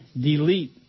delete